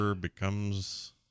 becomes